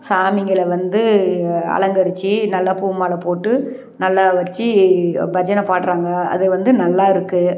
சாமிங்களை வந்து அலங்கரிச்சு நல்லா பூமாலை போட்டு நல்லா வச்சு பஜனை பாடுறாங்க அது வந்து நல்லா இருக்குது